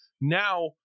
now